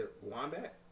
Wombat